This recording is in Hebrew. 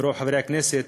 רוב חברי הכנסת,